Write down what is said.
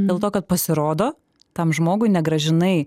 dėl to kad pasirodo tam žmogui negrąžinai